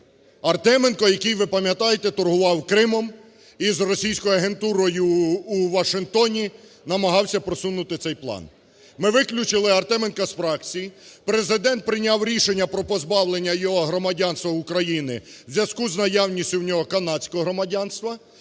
Артеменко, який, ви пам'ятаєте, торгував Кримом із російською агентурою у Вашингтоні, намагався просунути цей план. Ми виключили Артеменка з фракції. Президент прийняв рішення про позбавлення його громадянства України в зв'язку з наявністю в нього канадського громадянства.